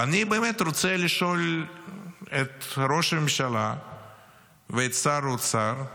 ואני באמת רוצה לשאול את ראש הממשלה ואת שר האוצר,